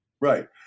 Right